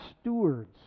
stewards